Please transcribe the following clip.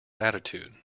attitude